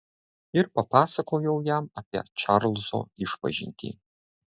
ir papasakojau jam apie čarlzo išpažintį